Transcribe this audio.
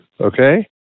Okay